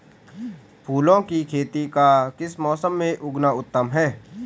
फूलों की खेती का किस मौसम में उगना उत्तम है?